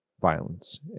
Violence